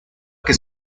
que